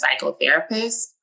psychotherapist